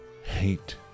Hate